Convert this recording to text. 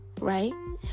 right